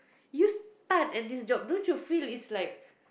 you start at this job don't you feel is like